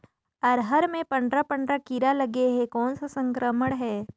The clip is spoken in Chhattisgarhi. अरहर मे पंडरा पंडरा कीरा लगे हे कौन सा संक्रमण हे?